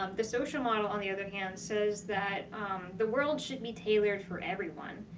um the social model, on the other hand, says that the world should be tailored for everyone.